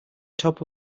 top